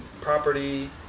property